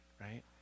right